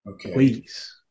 Please